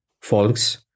folks